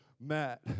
Matt